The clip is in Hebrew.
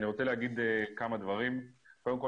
קודם כול,